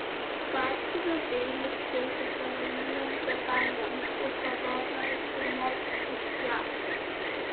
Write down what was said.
batsiuvio peilis skirtas avalynės detalėms iš odos ar gumos išpjauti